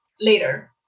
later